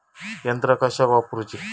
यंत्रा कशाक वापुरूची?